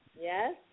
Yes